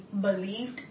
believed